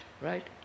Right